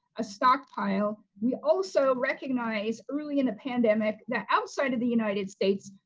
a stockpile. we also recognize, early in the pandemic, that outside of the united states,